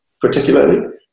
particularly